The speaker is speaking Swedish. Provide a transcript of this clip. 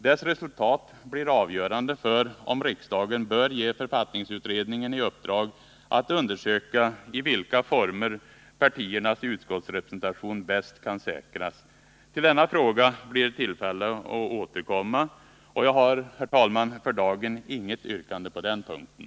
Dess resultat blir avgörande för om riksdagen bör ge författningsutredningen i uppdrag att undersöka i vilka former partiernas utskottsrepresentation bäst kan säkras. Till denna fråga blir det tillfälle att återkomma, och jag har för dagen inget yrkande på den punkten.